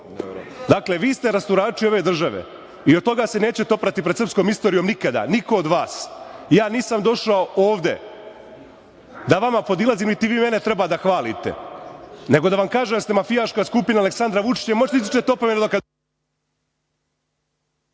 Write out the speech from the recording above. pričam. Dakle, vi ste rasturači ove države. I od toga se nećete oprati pred srpskom istorijom nikada, niko od vas. Ja nisam došao ovde da vama podilazim, niti vi mene treba da hvalite, nego da vam kažem da ste mafijaška skupina Aleksandra Vučića i možete da mi izričete opomenu…